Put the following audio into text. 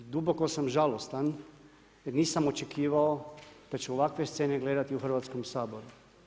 I duboko sam žalostan jer nisam očekivao da ću ovakve scene gledati u Hrvatskom saboru.